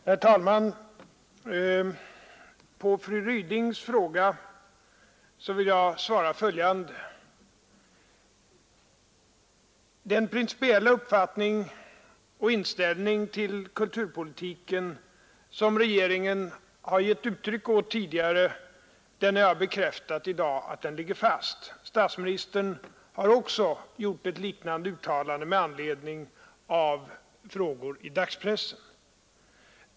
Herr talman! På fru Rydings fråga vill jag svara följande. Den principiella uppfattning och inställning till kulturpolitiken som regeringen har gett uttryck åt tidigare har jag bekräftat i dag, och den ligger fast. Statsministern har också gjort ett liknande uttalande med anledning av frågor i dagspressen.